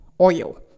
oil